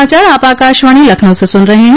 यह समाचार आप आकाशवाणी लखनऊ से सुन रहे हैं